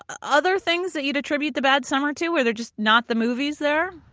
other things that you'd attribute the bad summer to, were there just not the movies there?